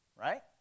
right